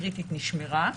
וקריטית נשמרה.